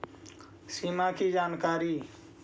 सिमा कि जानकारी?